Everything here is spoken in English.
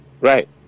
right